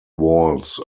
walls